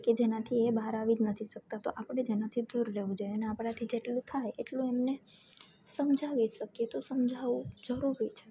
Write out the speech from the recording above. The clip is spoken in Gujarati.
કે જેનાથી એ બહાર આવી જ નથી શકતા તો આપણે જેનાથી દૂર રહેવું જોએ અને આપણાથી જેટલું થાય એટલું એમને સમજાવી શકીએ તો સમજાવું જરૂરી છે